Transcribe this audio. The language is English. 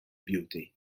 beauty